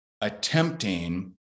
attempting